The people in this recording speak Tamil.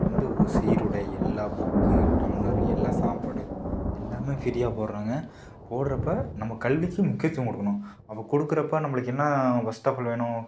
இப்போ வந்து சீருடை எல்லாம் புக்கு டம்ளர்ம் எல்லா சாப்பாடு எல்லாம் ஃப்ரீயாக போடுறாங்க போடுறப்ப நம்ம கல்விக்கு முக்கியத்துவம் கொடுக்கணும் அப்போ கொடுக்குறப்ப நம்மளுக்கு என்ன ஃபஸ்டஃபால் வேணும்